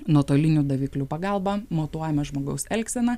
nuotolinių daviklių pagalba matuojama žmogaus elgsena